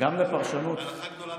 דבר שאתה שואל בו, לא קובע את ההלכה.